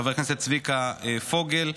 חבר הכנסת צביקה פוגל,